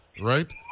right